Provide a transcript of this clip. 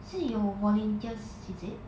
是有 volunteers is it